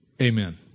Amen